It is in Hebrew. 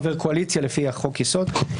אם לא נבחרה לוועדה חברת כנסת כאמור בפסקה (3א),